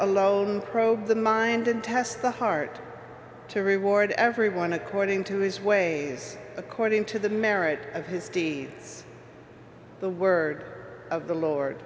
alone probe the mind and test the heart to reward every one according to his ways according to the merit of his deeds the word of the lord